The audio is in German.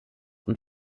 und